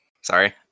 Sorry